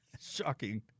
Shocking